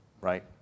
right